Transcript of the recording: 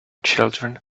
children